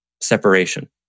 separation